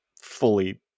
fully